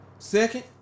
Second